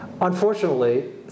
Unfortunately